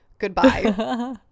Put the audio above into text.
Goodbye